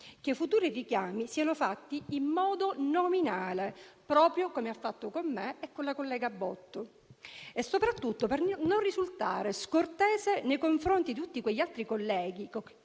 che futuri richiami siano fatti in modo nominale, proprio come ha fatto con me e con la collega Botto, soprattutto per non risultare scortese nei confronti di tutti quegli altri colleghi